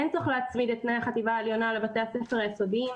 אין צורך להצמיד את תנאי החטיבה העליונה לבתי הספר היסודיים.